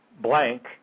blank